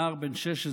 נער בן 16,